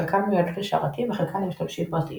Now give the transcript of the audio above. חלקן מיועדות לשרתים וחלקן למשתמשים פרטיים.